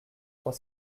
trois